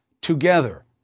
together